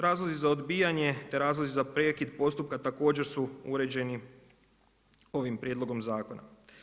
Razlozi za odbijanje te razlozi za prekid postupka također su uređeni ovim prijedlogom zakona.